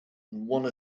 one